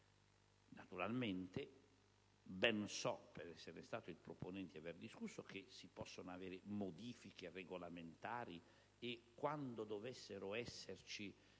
Naturalmente ben so, per esserne stato il proponente e averne discusso, che si possono realizzare modifiche regolamentari e, quando dovessero esserci,